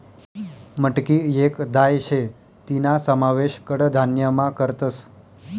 मटकी येक दाय शे तीना समावेश कडधान्यमा करतस